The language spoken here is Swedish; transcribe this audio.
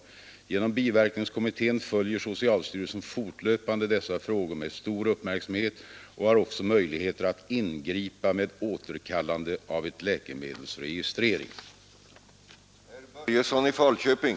Genom biverkningskommittén följer socialstyrelsen fortlöpande dessa frågor med stor uppmärksamhet och har också möjlighet att ingripa med återkallande av ett läkemedels registrering.